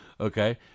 okay